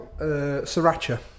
Sriracha